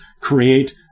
create